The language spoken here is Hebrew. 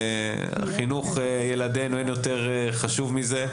חינוך ילדינו, אין יותר חשוב מזה.